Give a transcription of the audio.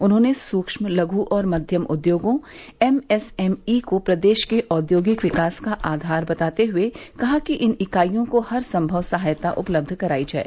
उन्होंने सूक्ष्म लघु और मध्यम उद्योगों एमएसएमई को प्रदेश के औद्योगिक विकास का आधार बताते हुए कहा कि इन इकाइयों को हरसंभव सहायता उपलब्ध करायी जाए